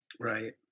Right